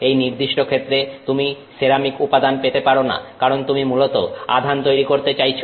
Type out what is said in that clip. এই নির্দিষ্ট ক্ষেত্রে তুমি সেরামিক উপাদান পেতে পারো না কারণ তুমি মূলত আধান তৈরি করতে চাইছ